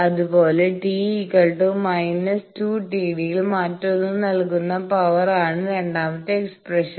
അതുപോലെ t −2TD ൽ മറ്റൊന്ന് നൽകുന്ന പവർ ആണ് രണ്ടാമത്തെ എക്സ്പ്രഷൻ